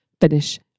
Finish